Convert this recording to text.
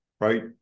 Right